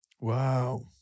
Wow